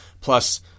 plus –